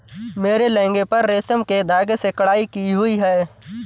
मेरे लहंगे पर रेशम के धागे से कढ़ाई की हुई है